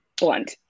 blunt